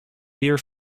deer